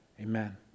Amen